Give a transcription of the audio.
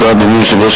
אדוני היושב-ראש,